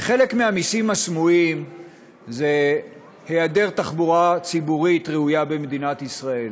וחלק מהמסים הסמויים זה היעדר תחבורה ציבורית במדינת ישראל.